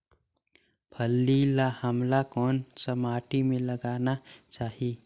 फल्ली ल हमला कौन सा माटी मे लगाना चाही?